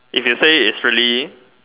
if you say it's really